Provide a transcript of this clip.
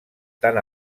tan